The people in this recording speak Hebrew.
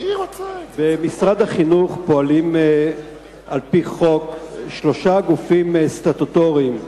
במשרד החינוך פועלים על-פי חוק שלושה גופים סטטוטוריים: